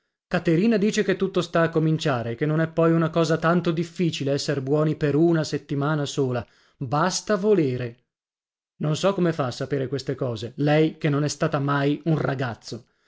caterina dice che tutto sta a cominciare che non è poi una cosa tanto difficile esser buoni per una settimana sola basta volere non so come fa a sapere queste cose lei che non è stata mai un ragazzo